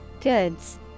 Goods